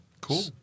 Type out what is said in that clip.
Cool